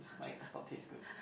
this mic does not taste good